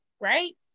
right